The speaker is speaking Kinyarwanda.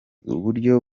uburyo